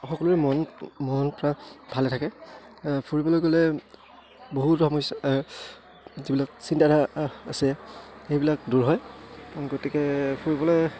সকলোৰে মন ভালে থাকে ফুৰিবলৈ গ'লে বহুত সমস্যা যিবিলাক আছে সেইবিলাক দূৰ হয় গতিকে ফুৰিবলে